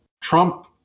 trump